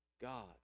God